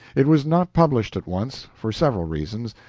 it was not published at once, for several reasons,